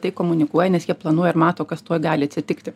tai komunikuoja nes jie planuoja ir mato kas tuoj gali atsitikti